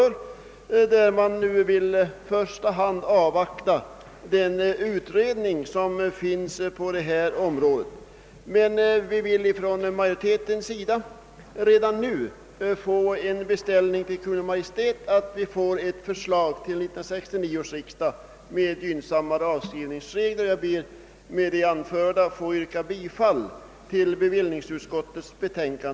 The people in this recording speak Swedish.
Reservanterna vill i första hand avvakta företagsskatteutredningens förslag, medan utskottsmajoriteten föreslår att riksdagen redan nu i skrivelse till Kungl. Maj:t begär förslag till 1969 års riksdag om gynnsammare avskrivningsregler för byggnader i jordbruk och rörelse. Med det anförda ber jag att få yrka bifall till utskottets hemställan.